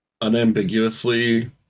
unambiguously